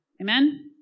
Amen